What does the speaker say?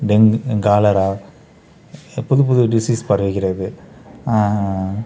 dengue cholera புதுப்புது disease பரவுகிறது